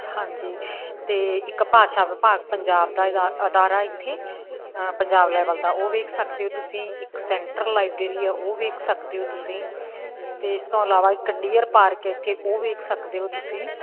ਹਾਂਜੀ ਅਤੇ ਇੱਕ ਭਾਸ਼ਾ ਵਿਭਾਗ ਪੰਜਾਬ ਦਾ ਅਦਾ ਅਦਾਰਾ ਇੱਥੇ ਪੰਜਾਬ ਲੈਵਲ ਦਾ ਉਹ ਵੇਖ ਸਕਦੇ ਹੋ ਤੁਸੀਂ ਇੱਕ ਸੈਂਟਰਲ ਲਾਈਬ੍ਰੇਰੀ ਆ ਉਹ ਵੇਖ ਸਕਦੇ ਹੋ ਤੁਸੀਂ ਅਤੇ ਇਸ ਤੋਂ ਇਲਾਵਾ ਇੱਕ ਡੀਅਰ ਪਾਰਕ ਇੱਥੇ ਉਹ ਵੇਖ ਸਕਦੇ ਹੋ ਤੁਸੀਂ